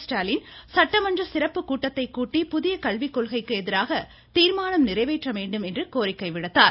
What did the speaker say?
ஸ்டாலின் சட்டமன்ற சிறப்பு கூட்டத்தை கூட்டி புதிய கல்விக்கொள்கைக்கு எதிராக தீர்மானம் நிறைவேற்ற வேண்டும் என்று கோரிக்கை விடுத்தார்